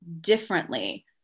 differently